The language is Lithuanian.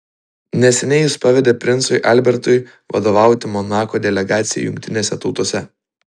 neseniai jis pavedė princui albertui vadovauti monako delegacijai jungtinėse tautose